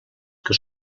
que